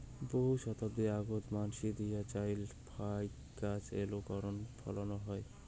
বহু শতাব্দী আগোত মানসি দিয়া চইল ফাইক গছ এ্যালা কণেক ফলানো হয়